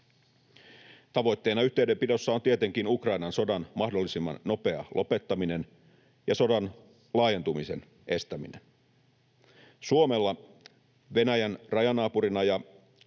Tavoitteena yhteydenpidossa on tietenkin Ukrainan sodan mahdollisimman nopea lopettaminen ja sodan laajentumisen estäminen. Suomelle Venäjän rajanaapurina ja